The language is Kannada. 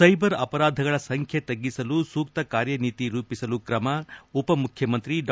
ಸೈಬರ್ ಅಪರಾಧಗಳ ಸಂಖ್ಯೆ ತಗ್ಗಿಸಲು ಸೂಕ್ತ ಕಾರ್ಯನೀತಿ ರೂಪಿಸಲು ಕ್ರಮ ಉಪಮುಖ್ಯಮಂತ್ರಿ ಡಾ